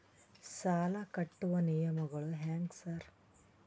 ಸಾಲ ಕಟ್ಟುವ ನಿಯಮಗಳು ಹ್ಯಾಂಗ್ ಸಾರ್?